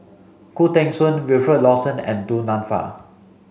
Khoo Teng Soon Wilfed Lawson and Du Nanfa